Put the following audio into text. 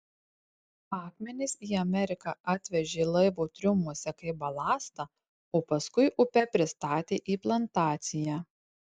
akmenis į ameriką atvežė laivo triumuose kaip balastą o paskui upe pristatė į plantaciją